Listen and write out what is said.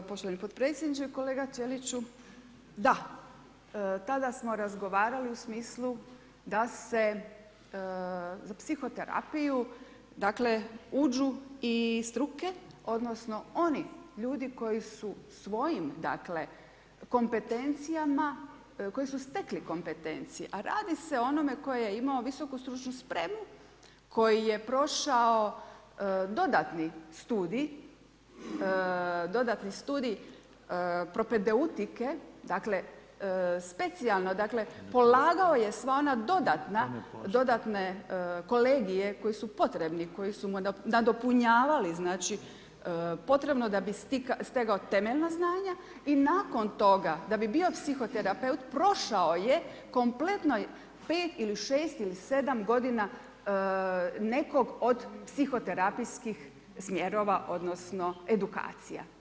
Hvala poštovani potpredsjedniče, kolega Ćeliču, da tada smo razgovarali u smislu da se za psiho terapiju, dakle, uđu i struke odnosno oni ljudi koji su svojim dakle, kompetencijama, koji su stekli kompetencije a radi se o onome koji je imao visoku stručnu spremu, koji je prošao dodatni studij, dodatni studij propedeutike, dakle, specijalno, dakle, polagao je sva ona dodatne kolegije koji su potrebni, koji su nadopunjavali znači potrebno da bi stekao temeljna znanja i nakon toga da bi bio psihoterapeut prošao je kompletno pet ili šest ili sedam godina nekog od psihoterapijskih smjerova odnosno edukacija.